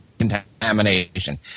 contamination